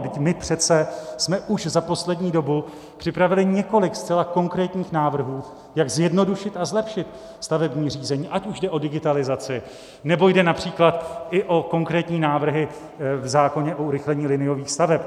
Vždyť my přece jsme už za poslední dobu připravili několik zcela konkrétních návrhů, jak zjednodušit a zlepšit stavební řízení, ať už jde o digitalizaci, nebo jde např. i o konkrétní návrhy v zákoně o urychlení liniových staveb.